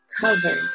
covered